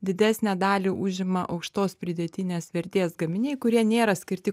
didesnę dalį užima aukštos pridėtinės vertės gaminiai kurie nėra skirti